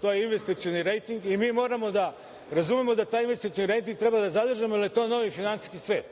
To je investicioni rejting i mi moramo da razumemo da taj investicioni rejting treba da zadržimo, jer je to novi finansijski svet.